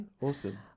Awesome